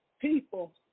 people